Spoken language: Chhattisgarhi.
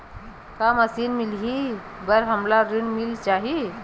का मशीन मिलही बर हमला ऋण मिल जाही?